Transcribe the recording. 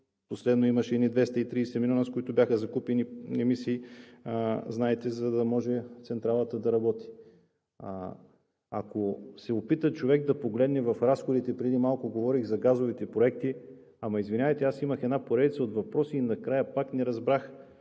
Последно имаше едни 230 милиона, с които бяха закупени емисии, за да може централата да работи. Ако се опита човек да погледне в разходите – преди малко говорих за газовите проекти, ама извинявайте, имах една поредица от въпроси и накрая пак не разбрах